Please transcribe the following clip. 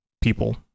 people